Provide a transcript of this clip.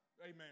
Amen